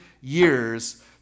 years